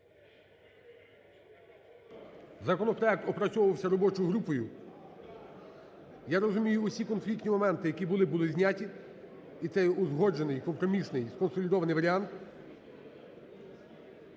Законопроект опрацьовувався робочою групою, я розумію, всі конфліктні моменти, які були, були зняті, і це є узгоджений, компромісний, сконсолідований варіант.